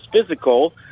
physical